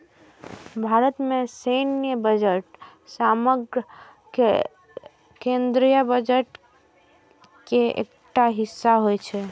भारत मे सैन्य बजट समग्र केंद्रीय बजट के एकटा हिस्सा होइ छै